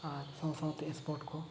ᱟᱨ ᱥᱟᱶ ᱥᱟᱶᱛᱮ ᱥᱯᱚᱴ ᱠᱚ